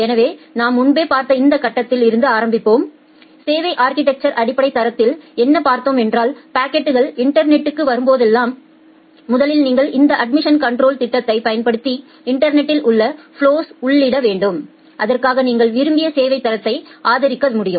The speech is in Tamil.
எனவே நாம் முன்பே பார்த்த இந்த கட்டத்தில் இருந்து ஆரம்பிப்போம் சேவை அா்கிடெக்சா் அடிப்படை தரத்தில்என்ன பார்த்தோமென்றால் பாக்கெட்கள் இன்டர்நெட்க்கு வரும்போதெல்லாம் முதலில் நீங்கள் இந்த அட்மிஷன் கன்ட்ரோல திட்டத்தை பயன்படுத்தி இன்டர்நெட்டில் உள்ள ஃபலொஸ்களை உள்ளிட வேண்டும் அதற்காக நீங்கள் விரும்பிய சேவைத் தரத்தை ஆதரிக்க முடியும்